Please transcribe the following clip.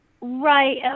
Right